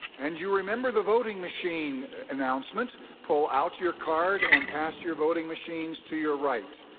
and you remember the voting machine announcement pull out your card and pass your voting machines to your right.